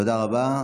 תודה רבה.